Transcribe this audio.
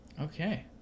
okay